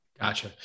Gotcha